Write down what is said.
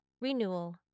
renewal